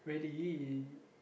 really